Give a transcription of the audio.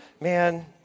man